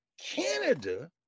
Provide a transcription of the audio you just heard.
Canada